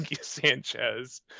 Sanchez